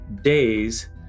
days